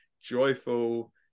joyful